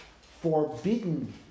forbidden